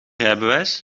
rijbewijs